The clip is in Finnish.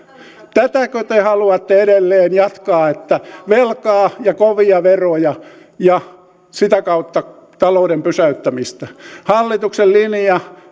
tätäkö te haluatte edelleen jatkaa että velkaa ja kovia veroja ja sitä kautta talouden pysäyttämistä hallituksen linja